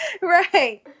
right